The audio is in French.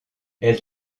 elle